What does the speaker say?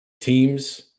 teams